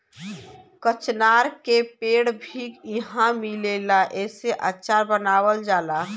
कचनार के पेड़ भी इहाँ मिलेला एसे अचार बनावल जाला